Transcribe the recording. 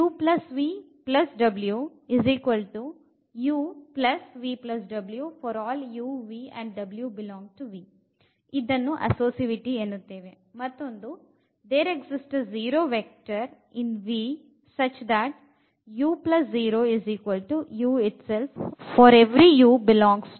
Associativity in s